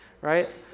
right